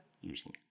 using